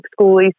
schoolies